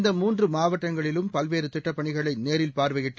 இந்த மூன்று மாவட்டங்களிலும் பல்வேறு திட்டப் பணிகளை நேரில் பார்வையிட்டு